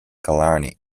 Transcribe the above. killarney